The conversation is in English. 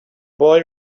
boy